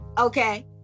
Okay